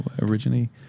originally